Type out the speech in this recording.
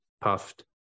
puffed